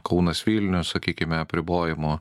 kaunas vilnius sakykime apribojimo